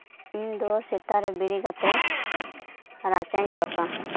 ᱤᱧᱫᱚ ᱥᱮᱛᱟᱜ ᱨᱮ ᱵᱮᱨᱮᱫ ᱠᱟᱛᱮᱜ ᱨᱟᱪᱟᱧ ᱡᱚᱠᱟ